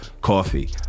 coffee